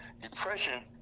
Depression